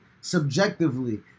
Subjectively